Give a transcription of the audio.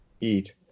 eat